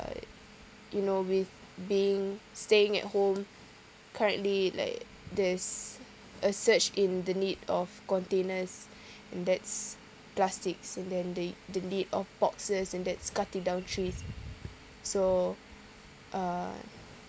but you know with being staying at home currently like there's a surge in the need of containers and that's plastics and then the the need of boxes and that's cutting down trees so uh